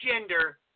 gender